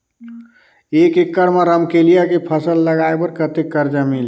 एक एकड़ मा रमकेलिया के फसल लगाय बार कतेक कर्जा मिलही?